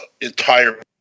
entire